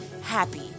happy